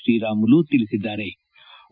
ಶ್ರೀರಾಮುಲು ತಿಳಿಸಿದ್ಗಾರೆ